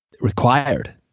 required